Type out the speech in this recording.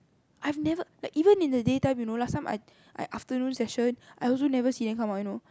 I have never like even in the daytime you know last time I I afternoon session I also never see them come out you know